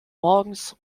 morgens